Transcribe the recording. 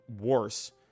worse